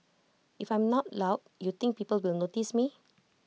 if I am not loud you think people will notice me